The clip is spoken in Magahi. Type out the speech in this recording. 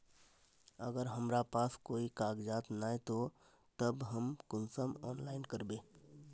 अगर हमरा पास कोई कागजात नय है तब हम कुंसम ऑनलाइन करबे?